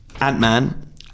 Ant-Man